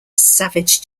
savage